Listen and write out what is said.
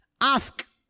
Ask